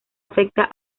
afecta